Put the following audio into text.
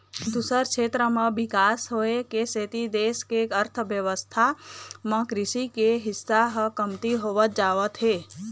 दूसर छेत्र म बिकास होए के सेती देश के अर्थबेवस्था म कृषि के हिस्सा ह कमती होवत जावत हे